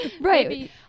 Right